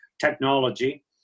technology